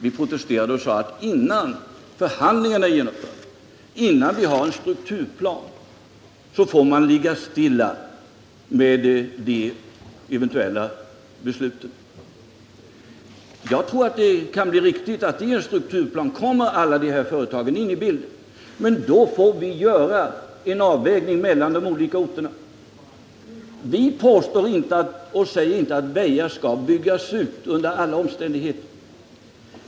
Vi protesterade och sade att de eventuella besluten fick avvakta i väntan på att förhandlingarna genomfördes och en strukturplan upprättades. Jag tror att det är riktigt att alla företag kommer in i bilden i en strukturplan. Men då får vi göra en avvägning mellan de olika orterna. Vi säger inte att Väja skall byggas ut under alla omständigheter.